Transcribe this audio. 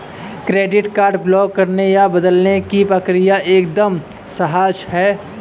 credit card block करने या बदलने की प्रक्रिया एकदम सहज है